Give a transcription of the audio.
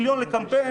מיליון לקמפיין,